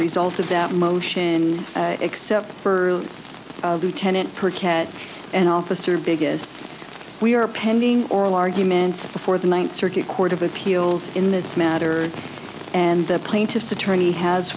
result of that motion except for lieutenant per cat and officer vegas we are pending oral arguments before the ninth circuit court of appeals in this matter and the plaintiff's attorney has